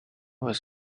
was